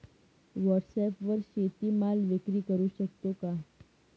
व्हॉटसॲपवर शेती माल विक्री करु शकतो का?